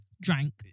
drank